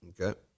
Okay